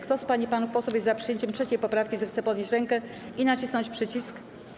Kto z pań i panów posłów jest za przyjęciem 3. poprawki, zechce podnieść rękę i nacisnąć przycisk.